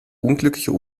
unglücklicher